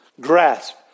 Grasp